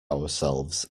ourselves